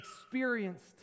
experienced